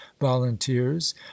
volunteers